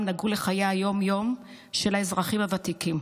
נגעו לחיי היום-יום של האזרחים הוותיקים.